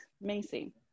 macy